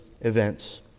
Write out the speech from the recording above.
events